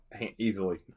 easily